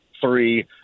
three